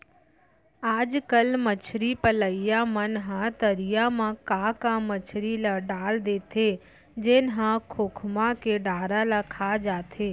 आजकल मछरी पलइया मन ह तरिया म का का मछरी ल डाल देथे जेन ह खोखमा के डारा ल खा जाथे